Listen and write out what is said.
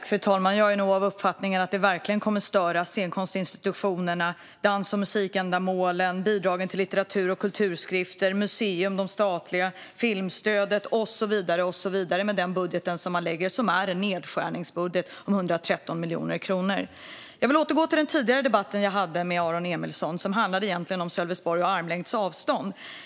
Fru talman! Jag är nog av uppfattningen att Sverigedemokraternas nedskärningsbudget verkligen kommer att störa scenkonstinstitutionerna, dans och musikändamålen, bidragen till litteratur och kulturtidskrifter, de statliga museerna, filmstödet och så vidare. Det handlar om 113 miljoner. Låt mig återgå till min tidigare debatt med Aron Emilsson. Den handlade om Sölvesborg och armlängds avstånd.